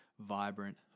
vibrant